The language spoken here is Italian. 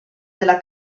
della